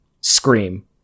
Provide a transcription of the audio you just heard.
scream